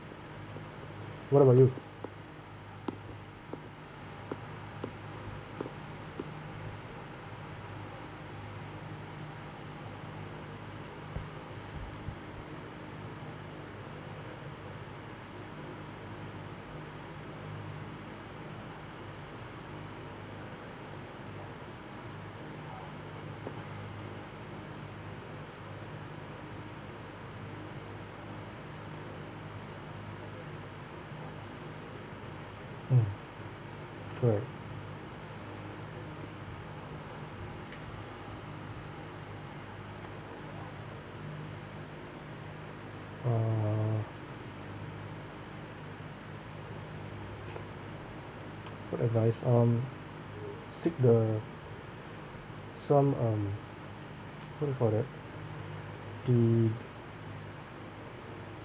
what about you mm correct uh what advice um seek the some um what do you call that the